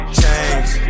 change